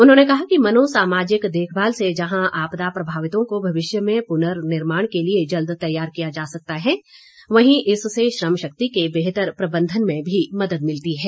उन्होंने कहा कि मनोसामाजिक देखभाल से जहां आपदा प्रभावितों को भविष्य में पुननिर्माण के लिए जल्द तैयार किया जा सकता है वहीं इससे श्रम शक्ति के बेहतर प्रबंधन में भी मदद मिलती है